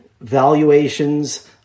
valuations